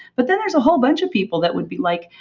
but then there's a whole bunch of people that would be like,